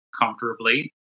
comfortably